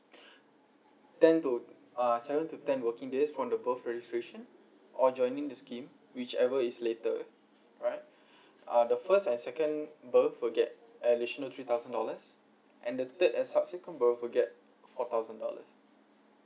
ten to uh seven to ten working days from the birth registration or joining the scheme which ever is later right uh the first and second birth will get additional three thousand dollars and the third and subsequent birth will get four thousand dollars